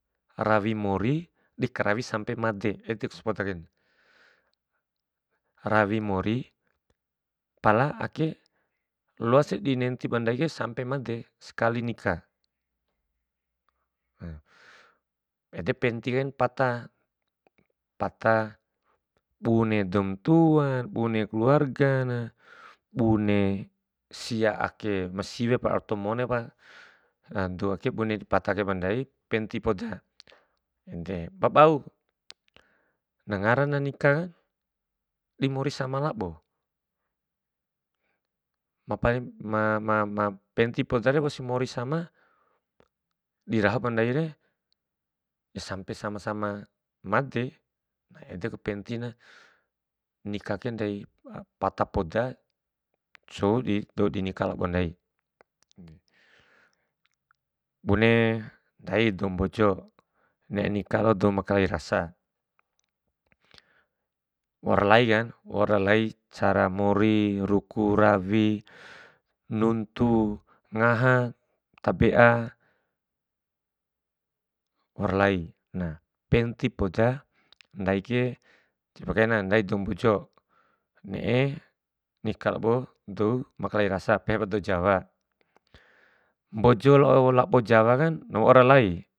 Rawi mori di karawi sampe made, edep si poda kain, rawi mori pala ake loasi di nenti bandai ke sampe made sekali nika. ede penti kain pata, pata, bune doum tuana, bune keluargana, bune siake ma siwe pa to mone pa, andou ake bune dipata kai bandai penti poda, ede ba bau, na ngarana nika ni mori sama labo, ma- ma- ma- penti podare wausi mori sama, diraho ba ndaire sampe sama sama made. Na edeku pentina nika ke ndai pata poda, cuo di dou dinika loa ndai. Bune ndai dou mbojo ne'e nika lao dou makalai rasa, waur lain kan waur lain cara mori, dirawi, nuntu, ngaha, ta be'a, waur lai, na penti poda ndaike, cepe kaina ndai dou mbojo, ne'e nika lao dou makalai rasa, pehepa dou jawa, mbojo lao dou jawa kan waur lai.